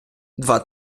два